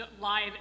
live